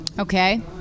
Okay